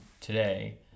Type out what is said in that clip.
today